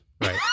right